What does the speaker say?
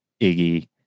Iggy